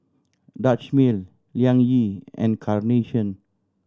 Dutch Mill Liang Yi and Carnation